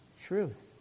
truth